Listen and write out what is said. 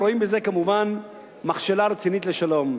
הם רואים בזה מכשלה רצינית לשלום.